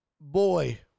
boy